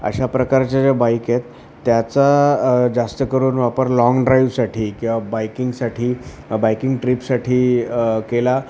अशा प्रकारच्या ज्या बाईक आहेत त्याचा जास्त करून वापर लाँग ड्राईवसाठी किंवा बाईकिंगसाठी बाईकिंग ट्रीपसाठी केला